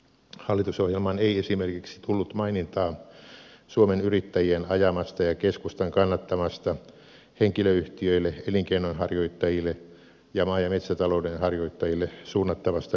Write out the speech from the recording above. hallitusohjelmaan ei esimerkiksi tullut mainintaa suomen yrittäjien ajamasta ja keskustan kannattamasta henkilöyhtiöille elinkeinonharjoittajille ja maa ja metsätalouden harjoittajille suunnattavasta yrittäjävähennyksestä